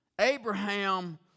Abraham